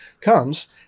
comes